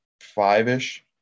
five-ish